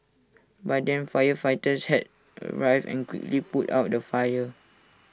by then firefighters had arrived and quickly put out the fire